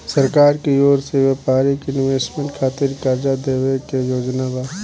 सरकार की ओर से व्यापारिक इन्वेस्टमेंट खातिर कार्जा देवे के योजना बा